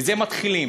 מזה מתחילים,